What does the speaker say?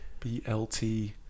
blt